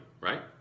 right